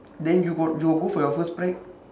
then you got you got go for your first prep